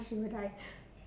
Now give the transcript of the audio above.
she would die